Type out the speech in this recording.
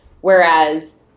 Whereas